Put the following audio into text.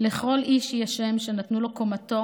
"לכל איש יש שם / שנתנו לו קומתו